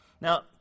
Now